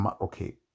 Okay